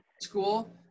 school